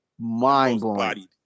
mind-blowing